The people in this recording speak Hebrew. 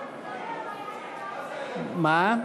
מה?